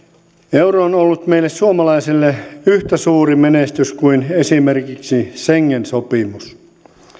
euro on ollut meille suomalaisille yhtä suuri menestys kuin esimerkiksi schengen sopimus